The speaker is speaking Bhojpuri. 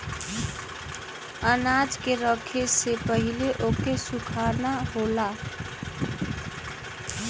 अनाज के रखे से पहिले ओके सुखाना होला